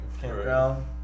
Campground